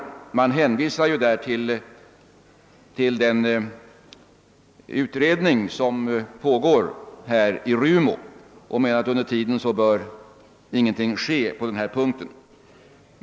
Utskottet hänvisar ju där till den utredning som pågår i RUMO och menar att under tiden bör ingenting ske på denna punkt.